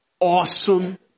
awesome